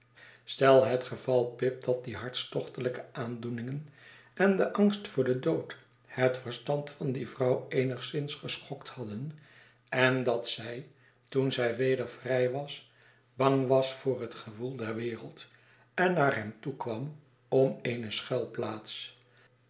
stel het geval pip dat die hartstochtelijke aandoeningen en de angst voor den dood het verstand van die vrouw eenigszins geschokt hadden en dat zij toen zij weder vrij was bang was voor het gewoel der wereld en naar hem toekwam om eene